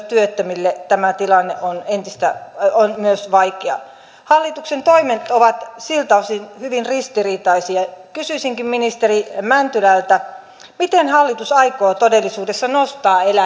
työttömille tämä tilanne on vaikea hallituksen toimet ovat siltä osin hyvin ristiriitaisia kysyisinkin ministeri mäntylältä miten hallitus aikoo todellisuudessa nostaa